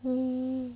mm